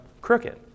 crooked